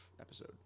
episode